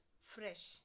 fresh